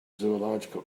zoological